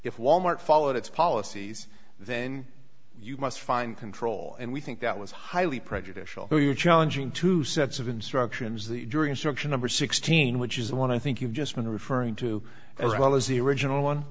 mart followed its policies then you must find control and we think that was highly prejudicial challenging two sets of instructions the jury instruction number sixteen which is the one i think you've just been referring to as well as the original one